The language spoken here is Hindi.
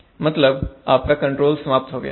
मतलब आपका कंट्रोल समाप्त हो गया है